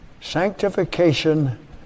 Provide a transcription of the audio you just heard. Sanctification